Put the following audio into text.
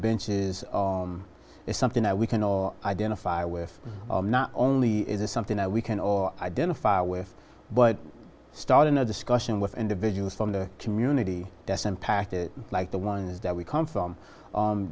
benches is something that we can all identify with not only is this something that we can or identify with but start in a discussion with individuals from the community that's impacted like the ones that we come from